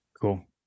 cool